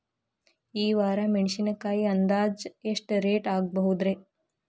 ಈ ವಾರ ಮೆಣಸಿನಕಾಯಿ ಅಂದಾಜ್ ಎಷ್ಟ ರೇಟ್ ಆಗಬಹುದ್ರೇ?